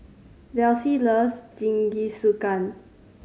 Delsie loves Jingisukan